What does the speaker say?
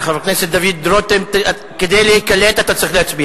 הצעת ועדת הפנים והגנת הסביבה בדבר חלוקת סעיפים 8 ו-9 להצעת